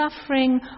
suffering